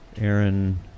Aaron